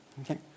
okay